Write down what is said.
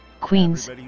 Queens